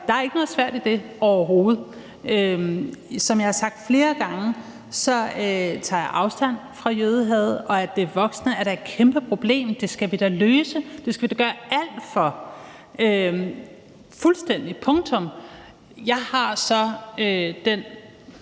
der er ikke noget svært i det overhovedet. Som jeg har sagt flere gange, tager jeg fuldstændig afstand fra jødehad, og det, at det er voksende, er da et kæmpeproblem, og det skal vi da gøre alt for at løse – punktum! Jeg har så det